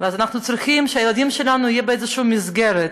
ואז אנחנו צריכים שהילדים שלנו יהיו באיזושהי מסגרת.